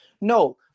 No